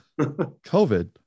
COVID